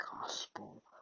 gospel